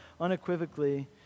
unequivocally